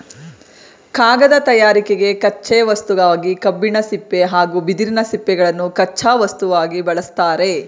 ಕಾಗದ ತಯಾರಿಕೆಗೆ ಕಚ್ಚೆ ವಸ್ತುವಾಗಿ ಕಬ್ಬಿನ ಸಿಪ್ಪೆ ಹಾಗೂ ಬಿದಿರಿನ ಸಿಪ್ಪೆಗಳನ್ನು ಕಚ್ಚಾ ವಸ್ತುವಾಗಿ ಬಳ್ಸತ್ತರೆ